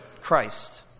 christ